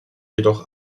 jedoch